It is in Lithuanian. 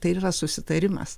tai ir yra susitarimas